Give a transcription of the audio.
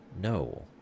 no